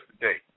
today